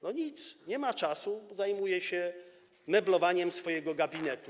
No nic, nie ma czasu, bo zajmuje się meblowaniem swego gabinetu.